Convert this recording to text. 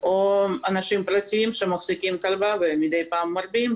או אנשים פרטיים שמחזיקים כלבה ומדי פעם מרביעים,